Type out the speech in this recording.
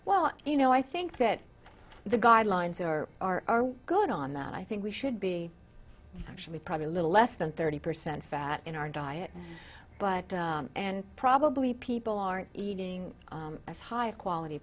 well you know i think that the guidelines are are good on that i think we should be actually probably a little less than thirty percent fat in our diet but probably people aren't eating as high a quality